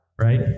right